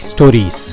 Stories